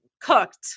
cooked